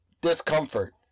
discomfort